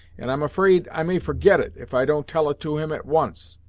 and i'm afraid i may forget it, if i don't tell it to him at once.